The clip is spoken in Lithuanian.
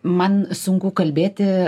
man sunku kalbėti